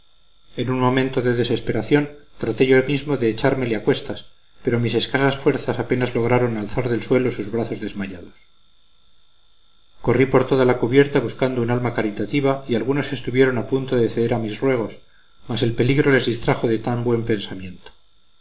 en un momento de desesperación traté yo mismo de echármele a cuestas pero mis escasas fuerzas apenas lograron alzar del suelo sus brazos desmayados corrí por toda la cubierta buscando un alma caritativa y algunos estuvieron a punto de ceder a mis ruegos mas el peligro les distrajo de tan buen pensamiento